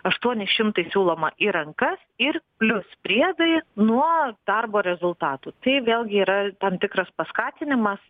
aštuoni šimtai siūloma į rankas ir plius priedai nuo darbo rezultatų tai vėlgi yra tam tikras paskatinimas